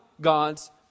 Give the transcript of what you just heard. God's